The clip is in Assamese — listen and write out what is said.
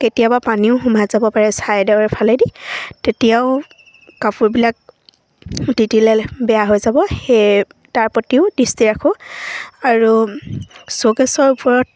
কেতিয়াবা পানীও সোমাই যাব পাৰে ছাইডৰ ফালেদি তেতিয়াও কাপোৰবিলাক দি দিলে বেয়া হৈ যাব সেয়ে তাৰ প্ৰতিও দৃষ্টি ৰাখোঁ আৰু চৌকেশ্বৰ ওপৰত